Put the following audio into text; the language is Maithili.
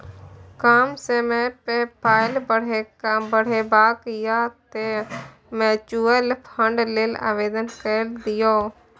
कम समयमे पाय बढ़ेबाक यै तँ म्यूचुअल फंड लेल आवेदन कए दियौ